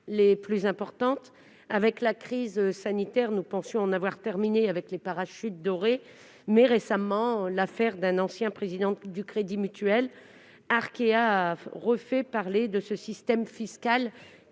les plus importantes. Avec la crise sanitaire, nous pensions en avoir terminé avec les parachutes dorés, mais récemment l'affaire d'un ancien président du Crédit Mutuel Arkéa refait parler de ce système fiscal